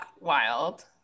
wild